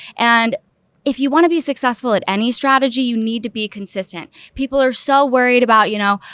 and if you want to be successful at any strategy, you need to be consistent. people are so worried about, you know,